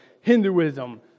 Hinduism